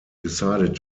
decided